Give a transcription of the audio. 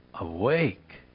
Awake